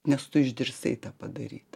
nes tu išdrįsai tą padaryt